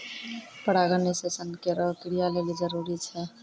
परागण निषेचन केरो क्रिया लेलि जरूरी छै